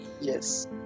yes